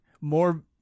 more